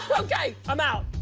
okay. i'm out.